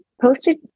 posted